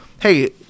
Hey